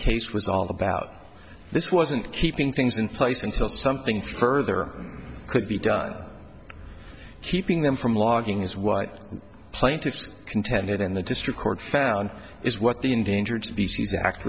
was all about this wasn't keeping things in place until something further could be done keeping them from logging is what plaintiffs contended in the district court found is what the endangered species act